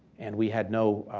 and we had no